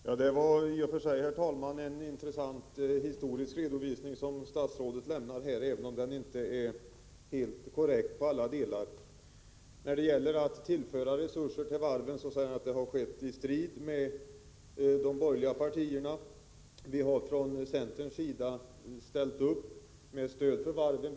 Herr talman! Det var i och för sig en intressant historisk redovisning statsrådet lämnade, även om den inte var helt korrekt i alla delar. Statsrådet säger att tillförseln av resurser till varven har skett i strid med de borgerliga partierna. Från centerns sida har vi ställt upp för att det skall ges stöd till varven.